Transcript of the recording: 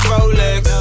Rolex